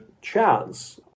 chance